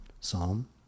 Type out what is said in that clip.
Psalm